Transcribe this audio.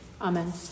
Amen